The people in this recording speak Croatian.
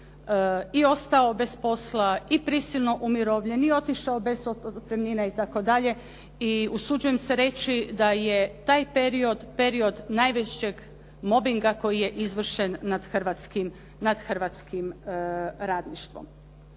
i ostao bez spola, i prisilno umirovljen, i otišao bez otpremnine i tako dalje i usuđujem se reći da je taj period period najvećeg mobinga koji je izvršen nad hrvatskim radništvom.